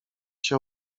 się